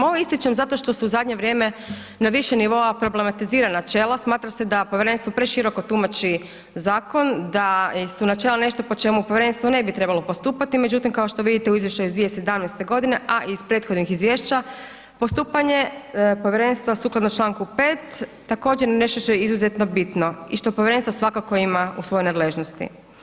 Ovo ističem zato što se u zadnje vrijeme na više nivoa problematizira načela, smatra se da povjerenstvo preširoko tumači zakon, da su načela nešto po čemu povjerenstvo ne bi trebalo postupati, međutim, kao što vidite u izvješću iz 2017. godine, a iz prethodnih izvješća postupanje povjerenstva sukladno Članku 5. također je nešto je izuzetno bitno i što povjerenstvo svakako ima u svojoj nadležnosti.